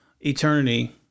eternity